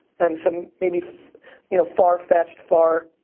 and some maybe you know far-fetched, far-out,